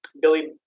Billy